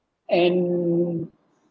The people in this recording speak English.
and